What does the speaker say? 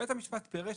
בית המשפט פירש.